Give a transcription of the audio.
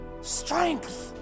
Strength